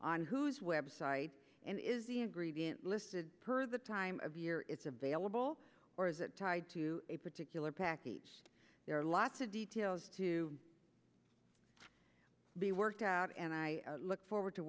on whose web site and is the ingredient listed per the time of year it's available or is it tied to a particular package there are lots of details to be worked out and i look forward to